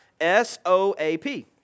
S-O-A-P